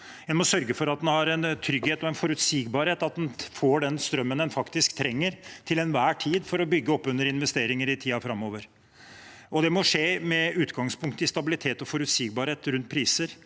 En må sørge for at en har en trygghet og forutsigbarhet for å få den strømmen en faktisk trenger til enhver tid, for å bygge opp under investeringer i tiden framover. Det må skje med utgangspunkt i stabilitet og forutsigbarhet rundt priser.